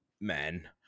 men